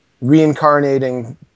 reincarnating